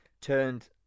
turned